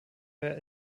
wir